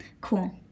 Cool